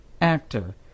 actor